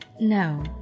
No